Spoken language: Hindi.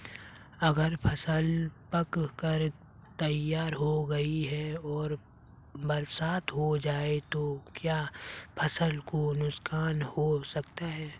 अगर फसल पक कर तैयार हो गई है और बरसात हो जाए तो क्या फसल को नुकसान हो सकता है?